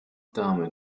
damit